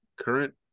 Current